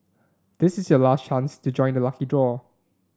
this is your last chance to join the lucky draw